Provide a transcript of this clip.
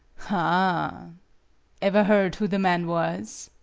ah ever heard who the man was?